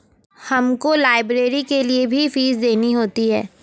हमको लाइब्रेरी के लिए भी फीस देनी होती है